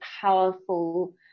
powerful